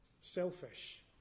selfish